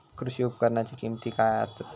कृषी उपकरणाची किमती काय आसत?